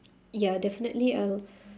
ya definitely I'll